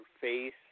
face